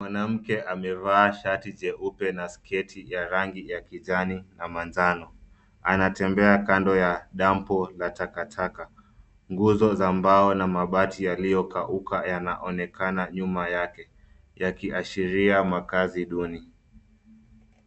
Mwanamke amevaa shati jeupe na sketi ya rangi ya kijani na manjano, anatembea kando ya dampo la takataka. Nguzo za mbao na mabati yaliyokauka yanaonekana nyuma yake yakiashiria makazi duni.